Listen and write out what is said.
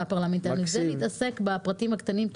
העבודה הפרלמנטרית, להתעסק בפרטים הקטנים.